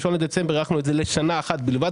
ב-01 לדצמבר הארכנו את זה לשנה אחת בלבד,